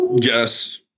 Yes